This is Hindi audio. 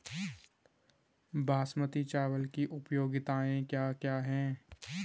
बासमती चावल की उपयोगिताओं क्या क्या हैं?